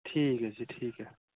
ठीक ऐ जी ठीक ऐ